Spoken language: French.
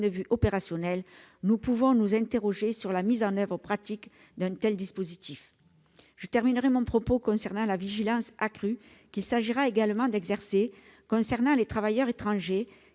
de vue opérationnel, nous pouvons nous interroger sur la mise en oeuvre pratique d'un tel dispositif. Je terminerai en insistant sur la vigilance accrue qu'il conviendra également d'exercer concernant les travailleurs étrangers